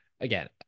Again